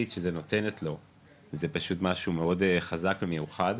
שהעמותה נותנת לו זה משהו חזק ומיוחד.